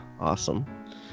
awesome